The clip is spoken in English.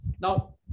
Now